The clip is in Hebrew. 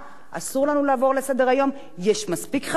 יש מספיק חברי הכנסת שהנושא הזה באמת,